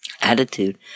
Attitude